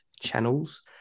channels